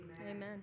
Amen